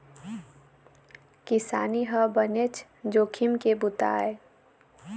किसानी ह बनेच जोखिम के बूता आय